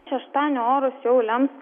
šeštanio orus jau lems